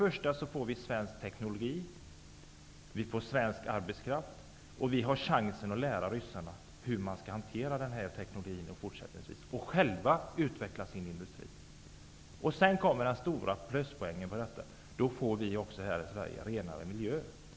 Vi skulle då kunna använda svensk teknologi och svensk arbetskraft, och vi skulle få chansen att lära ryssarna hur man skall hantera teknologin och utveckla sin industri. Den stora pluspoängen är att vi i Sverige på köpet skulle få renare miljö.